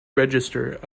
register